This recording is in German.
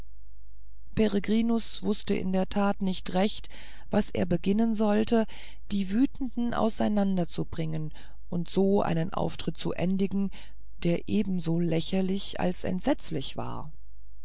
wußte in der tat nicht recht was er beginnen sollte die wütenden auseinanderzubringen und so einen auftritt zu endigen der ebenso lächerlich als entsetzlich war